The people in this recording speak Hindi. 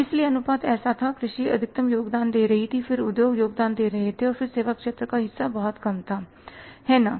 इसलिए अनुपात ऐसा था कृषि अधिकतम योगदान दे रही थी फिर उद्योग योगदान दे रहा था और सेवा क्षेत्र का हिस्सा बहुत कम था है ना